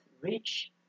rich